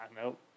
Nope